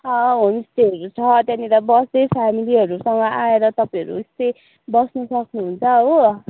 home स्टेहरू छ त्यहाँनिर बस्दै फेमिलीहरूसँग आएर तपाईँहरू स्टे बस्नु सक्नुहुन्छ हो